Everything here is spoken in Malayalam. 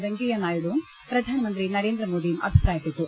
വെങ്കയ്യനായിഡുവും പ്രധാന മന്ത്രി നരേന്ദ്രമോദിയും അഭിപ്രായപ്പെട്ടു